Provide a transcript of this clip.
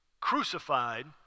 crucified